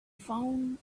found